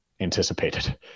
anticipated